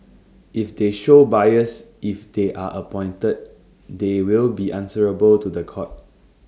if they show bias if they are appointed they will be answerable to The Court